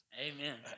Amen